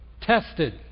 tested